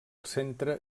centre